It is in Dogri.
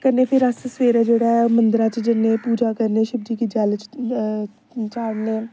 कन्नै फिर सवेरे अस जेह्ड़ा ऐ मंदरै च जन्ने पूजा करने शिबजी गी जल चाढ़ने